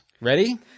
Ready